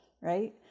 right